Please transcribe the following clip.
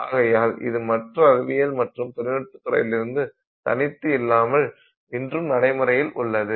ஆகையால் இது மற்ற அறிவியல் மற்றும் தொழில்நுட்ப துறையிலிருந்து தனித்து இல்லாமல் இன்றும் நடைமுறையில் உள்ளது